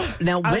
Now